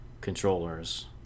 controllers